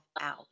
out